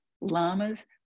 llamas